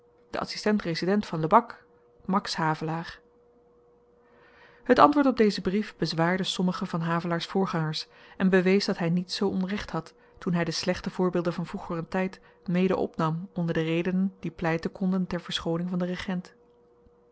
de adsistent resident van lebak max havelaar het antwoord op dezen brief bezwaarde sommigen van havelaars voorgangers en bewees dat hy niet zoo onrecht had toen hy de slechte voorbeelden van vroegeren tyd mede opnam onder de redenen die pleiten konden ter verschooning van den regent